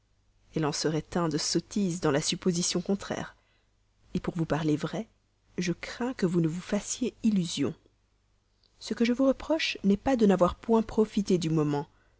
elle en serait un de sottise dans la supposition contraire pour vous parler vrai je crains que vous ne vous fassiez illusion ce n'est pas de n'avoir pas profité du moment